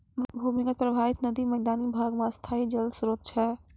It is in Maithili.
भूमीगत परबाहित नदी मैदानी भाग म स्थाई जल स्रोत छै